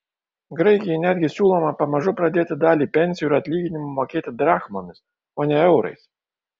graikijai netgi siūloma pamažu pradėti dalį pensijų ir atlyginimų mokėti drachmomis o ne eurais